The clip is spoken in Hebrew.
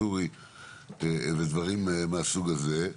ודברים מהסוג הזה.